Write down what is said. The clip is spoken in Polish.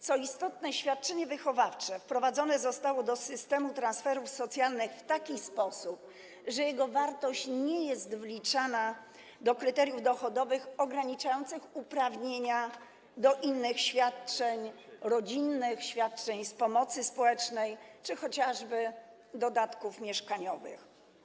Co istotne, świadczenie wychowawcze wprowadzone zostało do systemu transferów socjalnych w taki sposób, że jego wartość nie jest wliczana do kryteriów dochodowych ograniczających uprawnienia do innych świadczeń rodzinnych, świadczeń z pomocy społecznej czy chociażby dodatków mieszkaniowych.